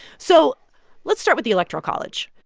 so let's start with the electoral college.